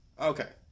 Okay